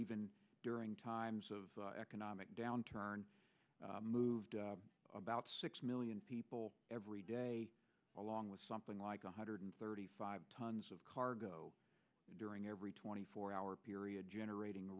even during times of economic downturn moved about six million people every day along with something like one hundred thirty five tons of cargo during every twenty four hour period generating